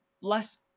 less